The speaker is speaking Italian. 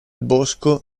bosco